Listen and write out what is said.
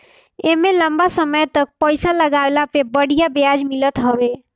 एमे लंबा समय तक पईसा लगवले पे बढ़िया ब्याज मिलत हवे